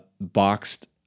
boxed